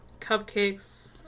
Cupcakes